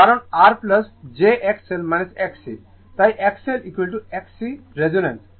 কারণ R j XL XC তাই XLXC রেজোন্যান্সে